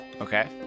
Okay